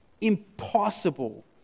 impossible